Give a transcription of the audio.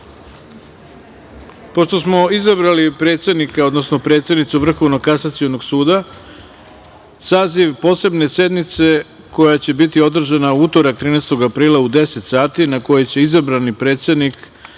smo izabrali predsednika, odnosno predsednicu Vrhovnog kasacionog suda, saziv Posebne sednice koja će biti održana u utorak, 13. aprila u 10.00 sati, na kojoj će izabrani predsednik